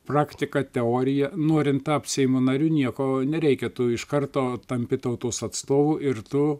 praktiką teoriją norin tapt seimo nariu nieko nereikia tu iš karto tampi tautos atstovu ir tu